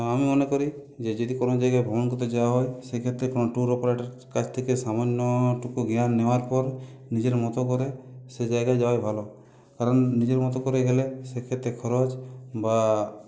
আমি মনে করি যে যদি কোনও জায়গায় ভ্রমণ করতে যাওয়া হয় সেক্ষেত্রে কোনও ট্যুর অপারেটারের কাছ থেকে সামান্যটুকু জ্ঞান নেওয়ার পর নিজের মতো করে সে জায়গায় যাওয়াই ভালো কারণ নিজের মতো করে গেলে সেক্ষেত্রে খরচ বা